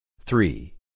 Three